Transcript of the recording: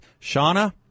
shauna